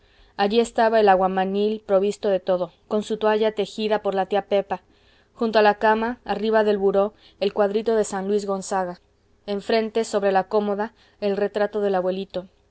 allí estaba el aguamanil provisto de todo con su toalla tejida por la tía pepa junto a la cama arriba del buró el cuadrito de san luis gonzaga enfrente sobre la cómoda el retrato del abuelito